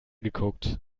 geguckt